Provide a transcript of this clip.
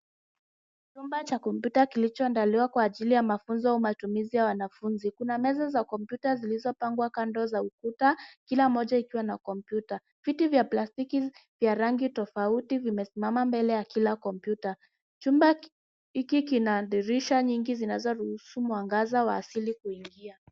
Chumba cha kopyuta kilichoandaliwa kwa ajili ya masomo au matumizi ya wanafunzi. Kuna meza za kompyuta zilizopangwa kando ya ukuta, kila moja ikiwa na kompyuta. Viti vya plastiki vya rangi tofauti vimesimama mbele ya kila kompyuta. Chumba hiki kina dirisha nyingi zinazoruhusu mwanga wa asili kuingia.